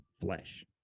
flesh